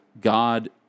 God